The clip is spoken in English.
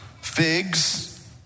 Figs